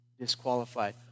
disqualified